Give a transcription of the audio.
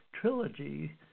Trilogy